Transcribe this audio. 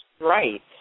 right